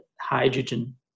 hydrogen